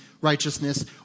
righteousness